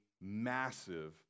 massive